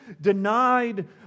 denied